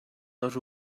dos